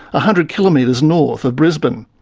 hundred kilometres north of brisbane.